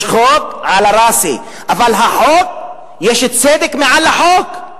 יש חוק, עלא ראסי, אבל החוק, יש צדק מעל החוק.